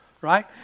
right